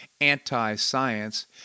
anti-science